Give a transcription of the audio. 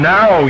Now